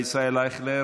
ישראל אייכלר,